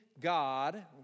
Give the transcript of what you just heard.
God